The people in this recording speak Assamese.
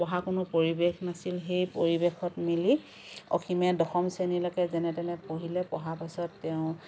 পঢ়া কোনো পৰিৱেশ নাছিল সেই পৰিৱেশত মিলি অসীমে দশম শ্ৰেণীলৈকে যেনে তেনে পঢ়িলে পঢ়া পাছত তেওঁ